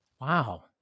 Wow